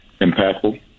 impactful